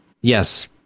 Yes